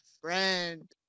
friend